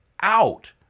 out